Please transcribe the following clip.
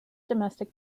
domestic